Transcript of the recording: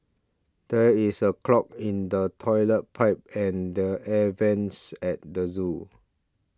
there is a clog in the Toilet Pipe and the Air Vents at the zoo